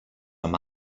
amb